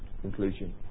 conclusion